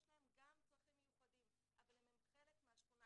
יש להם גם צרכים מיוחדים אבל הם חלק מהשכונה,